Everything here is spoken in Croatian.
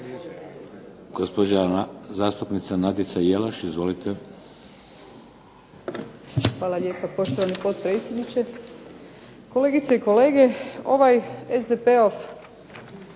Hvala lijepo. Poštovani potpredsjedniče, kolegice i kolege. Ovaj SDP-ov